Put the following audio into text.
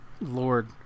Lord